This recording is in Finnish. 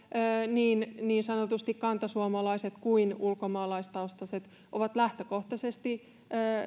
niin niin sanotusti kantasuomalaiset kuin ulkomaalaistaustaiset ovat lähtökohtaisesti